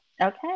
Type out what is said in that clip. Okay